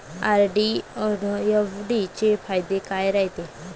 RD अन FD चे फायदे काय रायते?